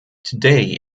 today